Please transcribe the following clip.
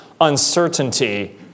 uncertainty